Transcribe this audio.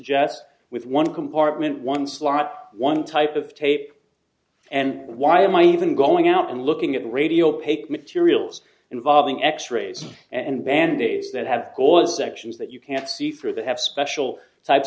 suggest with one compartment one slot one type of tape and why am i even going out looking at radio pake materials involving x rays and band aids that have caused sections that you can't see for they have special type